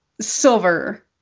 Silver